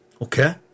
Okay